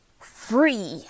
Free